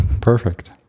Perfect